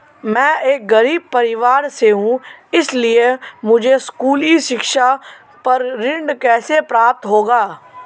मैं एक गरीब परिवार से हूं इसलिए मुझे स्कूली शिक्षा पर ऋण कैसे प्राप्त होगा?